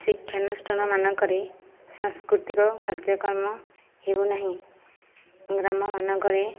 ଶିକ୍ଷାନୁଷ୍ଠାନ ମାନଙ୍କରେ ସାଂସ୍କୃତିକ କାର୍ଯ୍ୟକ୍ରମ ହେଉନାହିଁ ଗ୍ରାମମାନଙ୍କରେ